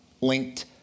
linked